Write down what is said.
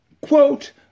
Quote